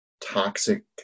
toxic